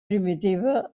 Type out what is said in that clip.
primitiva